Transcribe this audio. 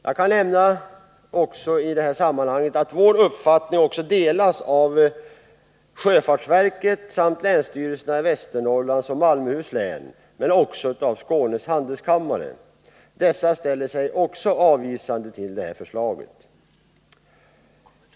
Jag kan nämna i sammanhanget att vår uppfattning delas av sjöfartsverket, länsstyrelserna i Västernorrlands och Malmöhus län samt Skånes handelskammare. Dessa instanser ställer sig också avvisande till förslaget.